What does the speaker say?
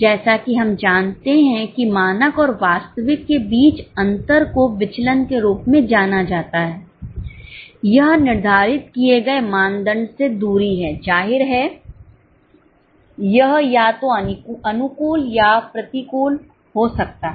जैसा कि हम जानते हैं कि मानक और वास्तविक के बीच अंतर को विचलन के रूप में जाना जाता है यहनिर्धारित किए गए मानदंड से दूरी है जाहिर है यह या तो अनुकूल या प्रतिकूल हो सकता है